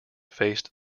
faced